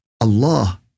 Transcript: Allah